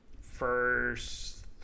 first